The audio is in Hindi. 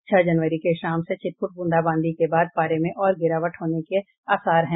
छह जनवरी की शाम से छिटपुट बूंदाबांदी के बाद पारे में और गिरावट के आसार हैं